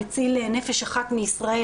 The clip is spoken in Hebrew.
המציל נפש אחת מישראל,